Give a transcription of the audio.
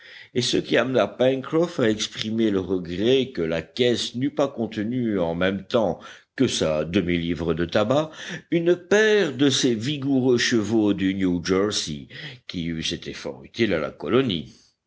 et ce qui amena pencroff à exprimer le regret que la caisse n'eût pas contenu en même temps que sa demi-livre de tabac une paire de ces vigoureux chevaux du newjersey qui eussent été fort utiles à la colonie